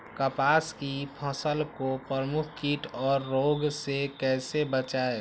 कपास की फसल को प्रमुख कीट और रोग से कैसे बचाएं?